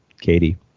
Katie